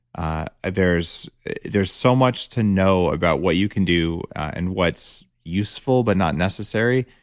ah there's there's so much to know about what you can do and what's useful but not necessary,